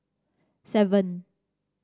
seven